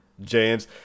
James